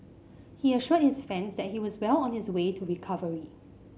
he assured his fans that he was well on his way to recovery